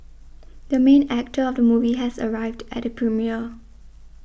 the main actor of the movie has arrived at the premiere